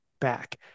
back